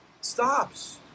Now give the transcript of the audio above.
stops